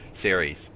series